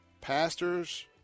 Pastors